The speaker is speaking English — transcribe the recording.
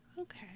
Okay